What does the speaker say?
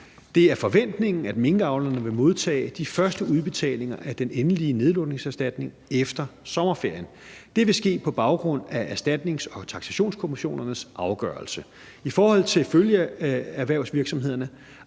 Det er forventningen, at minkavlerne vil modtage de første udbetalinger af den endelige nedlukningserstatning efter sommerferien. Det vil ske på baggrund af erstatnings- og taksationskommissionernes afgørelse. I forhold til følgeerhvervsvirksomhederne